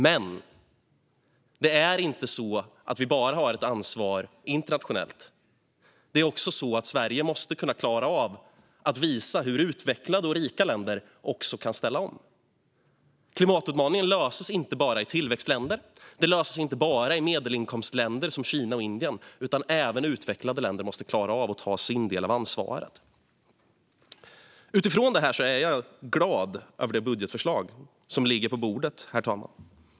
Men det är inte så att vi bara har ett ansvar internationellt. Sverige måste också kunna klara av att visa hur utvecklade och rika länder kan ställa om. Klimatutmaningen löses inte bara i tillväxtländer. Den löses inte bara i medelinkomstländer, som Kina och Indien, utan även utvecklade länder måste klara av att ta sin del av ansvaret. Utifrån detta är jag glad över det budgetförslag som ligger på bordet, herr talman.